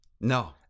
No